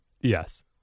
Yes